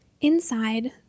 Inside